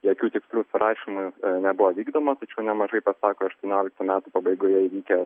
jokių tikslių surašymų nebuvo vykdoma tačiau nemažai pasako aštuonioliktų metų pabaigoje įvykę